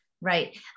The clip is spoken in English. Right